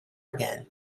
again